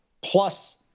plus